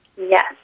Yes